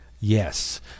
Yes